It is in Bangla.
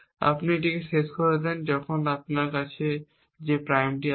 আপনি এটিকে শেষ করে দেন যখন আমাদের কাছেযে প্রাইমটি আছে